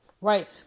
right